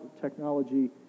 technology